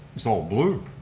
it's all blue.